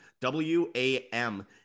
w-a-m